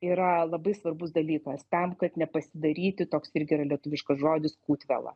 yra labai svarbus dalykas tam kad nepasidaryti toks irgi yra lietuviškas žodis kūtvėla